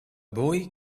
boy